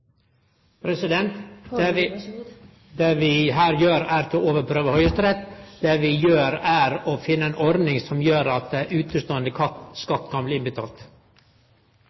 saken? Det vi her gjer, er ikkje å overprøve Høgsterett. Det vi gjer, er å finne ei ordning som gjer at uteståande skatt kan bli